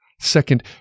Second